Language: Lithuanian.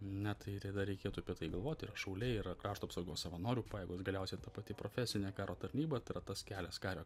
na tai tada reikėtų apie tai galvoti yra šauliai yra krašto apsaugos savanorių pajėgos galiausiai ta pati profesinė karo tarnyba tai yra tas kelias kario